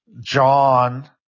John